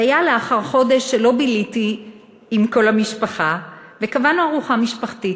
זה היה לאחר חודש שלא ביליתי עם כל המשפחה וקבענו ארוחה משפחתית.